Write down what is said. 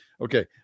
Okay